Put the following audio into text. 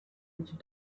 witch